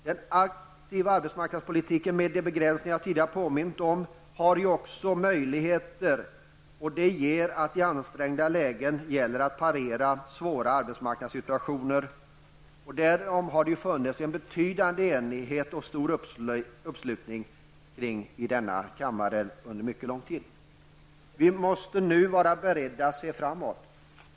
Den aktiva arbetsmarknadspolitiken med de begränsningar jag tidigare påminnt om, men också de möjligheter politiken ger att i ansträngda lägen parera svåra arbetsmarknadssituationer, har det funnits en betydande enighet om och uppslutning kring i riksdagen under mycket lång tid. Nu måste vi vara beredda att se framåt.